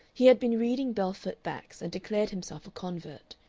he had been reading belfort bax, and declared himself a convert.